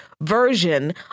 version